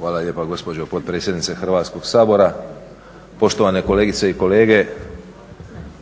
Hvala lijepa gospođo potpredsjednice Hrvatskog sabora. Poštovane kolegice i kolege,